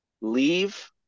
leave